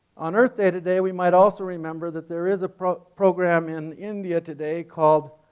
on earth day today we might also remember that there is a program program in india today called,